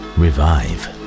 revive